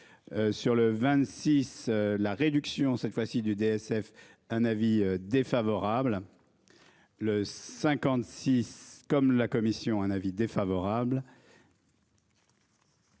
Sur le 26. La réduction cette fois-ci du DSF un avis défavorable. Le 56, comme la commission un avis défavorable.